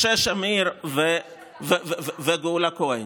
משה שמיר וגאולה כהן.